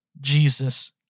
Jesus